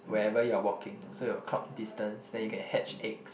wherever you are walking so you'll clock distance then you can hatch eggs